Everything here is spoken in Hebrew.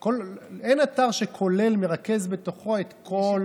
אין אתר שמרכז בתוכו את כל החוקים.